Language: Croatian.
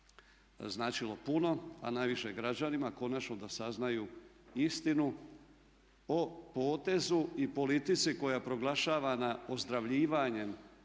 značilo puno a najviše građanima, konačno da saznaju istinu o potezu i politici koja je proglašavana ozdravljivanjem